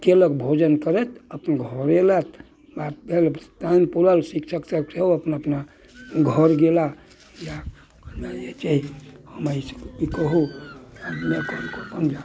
कयलक भोजन करैत अपन घर एलथि बात भेल तहन पुरल शिक्षक सभ सेहो अपना अपना घर गेला इएह कहनाइ अछि जे हमर एहिसँ की कहुँ कऽ कऽ अपन जाउ